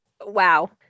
Wow